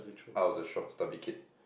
I was a short stubby kid